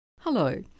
hello